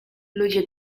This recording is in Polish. ludzie